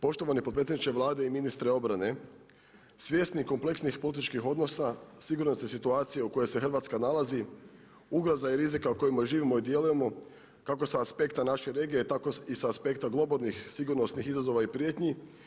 Poštovani potpredsjedniče Vlade i ministre obrane, svjesni kompleksnih političkih odnosa, sigurnosne situacije u kojoj se Hrvatska nalazi, ugroza i rizika u kojem živimo i djelujemo kako sa aspekta naše regije, tako i sa aspekta globalnih sigurnosnih izazova i prijetnji.